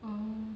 oh